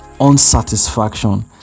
unsatisfaction